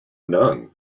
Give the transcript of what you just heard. nun